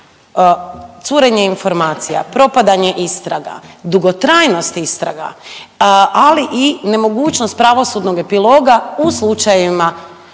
curenje informacija, propadanje istraga, dugotrajnost istraga, ali i nemogućnost pravosudnog epiloga u slučajevima,